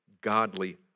godly